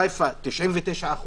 חיפה 99%,